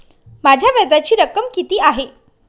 माझ्या व्याजाची रक्कम किती आहे?